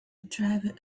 driver